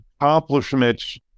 accomplishments